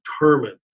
determined